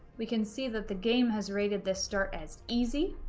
we can see that the game has rated this start as easy,